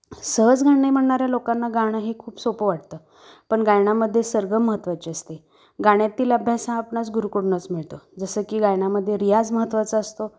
सहज गाणे म्हणणाऱ्या लोकांना गाणं हे खूप सोपं वाटतं पण गायनामध्ये सरगम महत्त्वाची असते गाण्यातील अभ्यास हा आपणास गुरुकडूनंच मिळतो जसं की गायनामध्ये रियाज महत्त्वाचा असतो